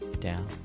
down